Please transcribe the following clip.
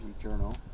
journal